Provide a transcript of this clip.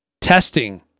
testing